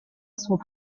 sont